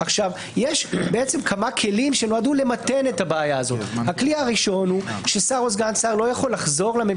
עכשיו נדבר על הנושא של השרים וסגני השרים ויכולתם לחזור.